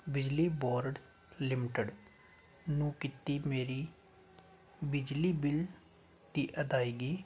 ਬਿਜਲੀ board limited ਨੂੰ ਕੀਤੀ ਮੇਰੀ ਬਿਜਲੀ ਬਿੱਲ ਦੀ ਅਦਾਇਗੀ